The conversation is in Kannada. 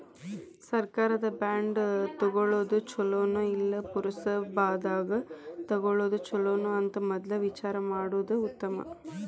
ಸರ್ಕಾರದ ಬಾಂಡ ತುಗೊಳುದ ಚುಲೊನೊ, ಇಲ್ಲಾ ಪುರಸಭಾದಾಗ ತಗೊಳೊದ ಚುಲೊನೊ ಅಂತ ಮದ್ಲ ವಿಚಾರಾ ಮಾಡುದ ಉತ್ತಮಾ